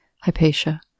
Hypatia